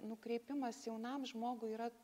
nukreipimas jaunam žmogui yra